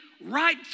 right